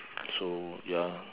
so ya